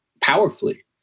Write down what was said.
powerfully